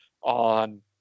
on